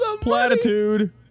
platitude